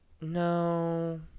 No